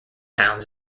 town